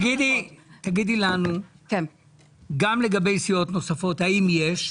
תגידי לנו גם לגבי סיעות נוספות, האם יש.